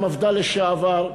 המפד"ל לשעבר,